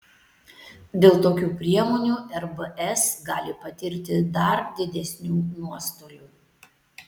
dėl tokių priemonių rbs gali patirti dar didesnių nuostolių